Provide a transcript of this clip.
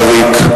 אריק,